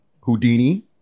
Houdini